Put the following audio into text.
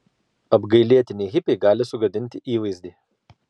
apgailėtini hipiai gali sugadinti įvaizdį